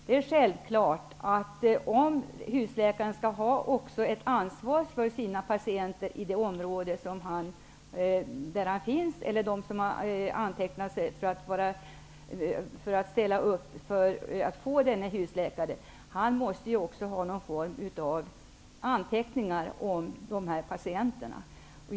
Det är självklart att om husläkaren skall ha ett ansvar för sina patienter i det område där han finns eller för dem som har antecknat sig för att få denna husläkare, måste han också ha någon form av anteckningar om patienterna.